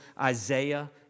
Isaiah